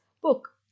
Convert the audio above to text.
book